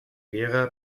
gera